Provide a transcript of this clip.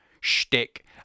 Shtick